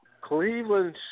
Cleveland